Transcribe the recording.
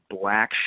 black